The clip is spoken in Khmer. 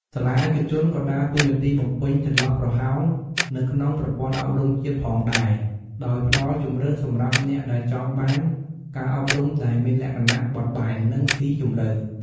សាលាឯកជនក៏ដើរតួនាទីបំពេញចន្លោះប្រហោងនៅក្នុងប្រព័ន្ធអប់រំជាតិផងដែរ ដោយផ្តល់ជម្រើសសម្រាប់អ្នកដែលចង់បាន ការអប់រំដែលមានលក្ខណៈបត់បែន និងស៊ីជម្រៅ ។